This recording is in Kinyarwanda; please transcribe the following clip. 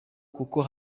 kuko